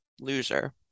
loser